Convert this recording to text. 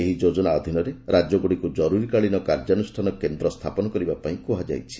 ଏହି ଯୋଜନା ଅଧୀନରେ ରାଜ୍ୟଗୁଡ଼ିକୁ ଜରୁରୀକାଳୀନ କାର୍ଯ୍ୟାନୁଷ୍ଠାନ କେନ୍ଦ୍ର ସ୍ଥାପନ କରିବାପାଇଁ କୁହାଯାଇଛି